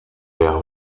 der